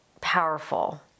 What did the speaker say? powerful